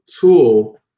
tool